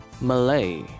Malay